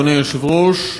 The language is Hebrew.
אדוני היושב-ראש,